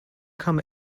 come